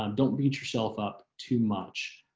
um don't beat yourself up too much,